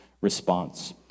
response